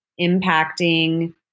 impacting